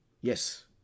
Yes